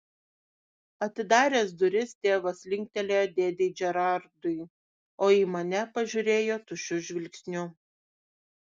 atidaręs duris tėvas linktelėjo dėdei džerardui o į mane pažiūrėjo tuščiu žvilgsniu